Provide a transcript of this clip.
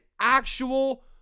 actual